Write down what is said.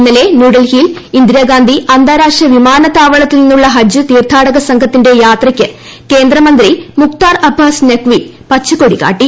ഇന്നലെ ന്യൂഡൽഹിയിൽ ഇന്ദിരാഗാന്ധി അന്താരാഷ്ട്ര വിമാനത്താവളത്തിൽ നിന്നുള്ള ഹജ്ജ് തീർത്ഥാടക സംഘത്തിന്റെ യാത്രയ്ക്ക് കേന്ദ്ര മന്ത്രി മുക്താർ അബ്ബാസ് നഖ്വി പച്ചക്കൊടി കാട്ടി